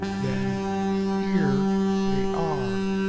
then here they are!